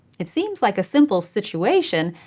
it seems like a simple situation,